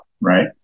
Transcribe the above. Right